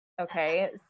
Okay